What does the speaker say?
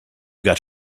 got